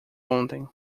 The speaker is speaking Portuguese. ontem